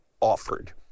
offered